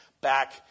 back